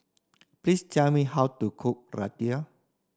please tell me how to cook Raita